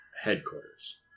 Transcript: headquarters